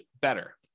better